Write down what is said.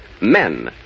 men